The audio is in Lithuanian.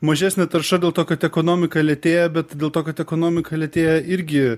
mažesnė tarša dėl to kad ekonomika lėtėja bet dėl to kad ekonomika lėtėja irgi